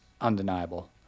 undeniable